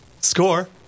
Score